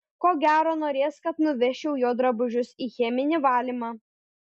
ko gero norės kad nuvežčiau jo drabužius į cheminį valymą